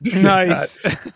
Nice